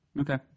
Okay